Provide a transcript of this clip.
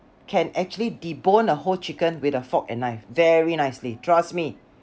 can actually debone a whole chicken with a fork and knife very nicely trusts me